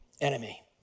enemy